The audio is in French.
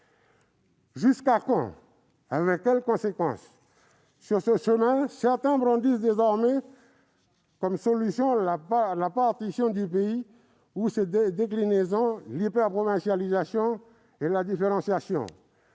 Jusqu'à quand ? Avec quelles conséquences ? Sur ce chemin, certains brandissent désormais comme solution la « partition » du pays ou ses déclinaisons- l 'hyper-provincialisation et la différenciation.